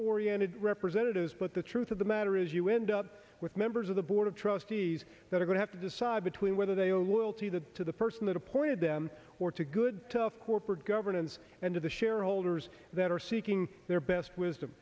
oriented representatives but the truth of the matter is you wind up with members of the board of trustees that are going have to decide between whether they are loyal to the to the person that appointed them or to good tough corporate governance and to the shareholders that are seeking their best wisdom